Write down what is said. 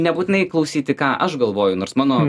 nebūtinai klausyti ką aš galvoju nors mano